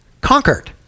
conquered